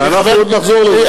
ואנחנו עוד נחזור לזה.